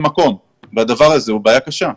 מקום והדבר הזה הוא בעיה קשה.